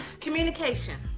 Communication